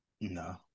No